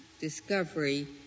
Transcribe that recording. discovery